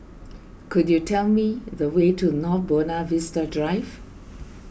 could you tell me the way to North Buona Vista Drive